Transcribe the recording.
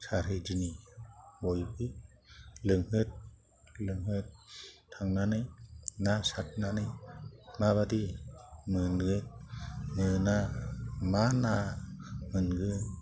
सारहैदिनि बयबो लोंहोर लोंहोर थांनानै ना सारनानै माबादि मोनो मोना मा ना मोनगोन